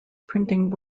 printing